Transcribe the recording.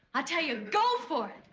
i tell you, go for